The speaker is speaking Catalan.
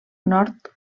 nord